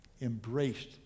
Embraced